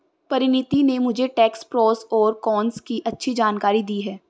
परिनीति ने मुझे tax pros और कोन्स की अच्छी जानकारी दी है